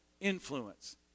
influence